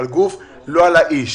על גוף ולא על האיש.